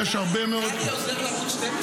קרעי עוזר לערוץ 12?